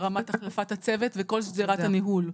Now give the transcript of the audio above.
ברמת החלפת הצד וכל שדרת הניהול.